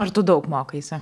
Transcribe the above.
ar tu daug mokaisi